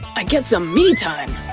i get some me-time!